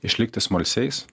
išlikti smalsiais